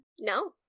No